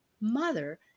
mother